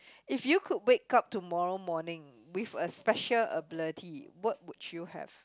if you could wake up tomorrow morning with a special ability what would you have